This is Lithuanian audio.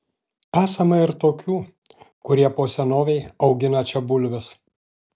esama ir tokių kurie po senovei augina čia bulves